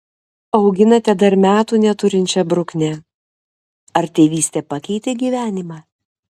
auginate dar metų neturinčią bruknę ar tėvystė pakeitė gyvenimą